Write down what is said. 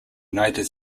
united